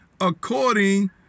according